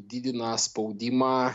didina spaudimą